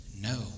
No